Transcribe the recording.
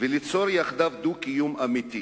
וליצור יחדיו דו-קיום אמיתי,